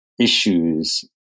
issues